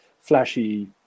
flashy